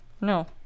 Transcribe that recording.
No